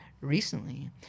recently